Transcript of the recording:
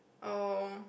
oh